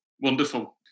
Wonderful